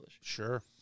Sure